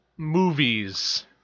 Movies